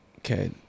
okay